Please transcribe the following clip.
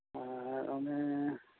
ᱟᱨ ᱚᱱᱮ